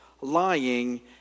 lying